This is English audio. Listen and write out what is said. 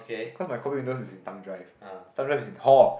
cause my copy windows is in thumb drive thumb drive is in hall